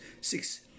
Six